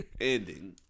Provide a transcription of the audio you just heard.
ending